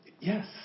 yes